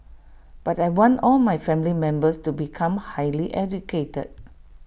but I want all my family members to become highly educated